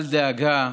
אל דאגה,